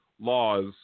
laws